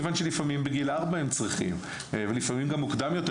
כיוון שלפעמים בגיל ארבע הם צריכים ולפעמים גם מוקדם יותר,